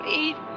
eat